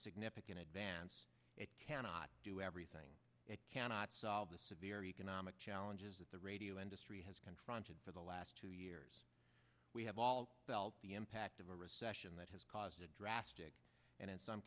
significant advance it cannot do everything it cannot solve the severe economic challenges that the radio industry has confronted for the last two years we have all felt the impact of a recession that has caused a drastic and in some